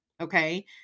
okay